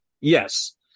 Yes